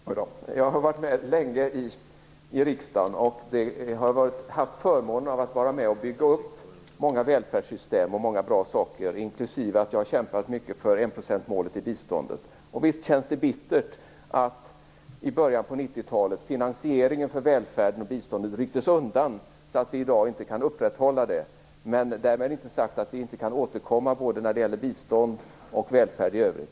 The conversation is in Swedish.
Herr talman! Jag har varit med länge i riksdagen och har haft förmånen av att vara med och bygga upp många välfärdssystem och många bra saker, inklusive att jag har kämpat mycket för enprocentsmålet i biståndet. Visst känns det bittert att finansieringen av välfärden och biståndet rycktes undan i början på 90 talet så att vi i dag inte kan upprätthålla enprocentsmålet. Därmed inte sagt att vi inte kan återkomma både när det gäller bistånd och välfärd i övrigt.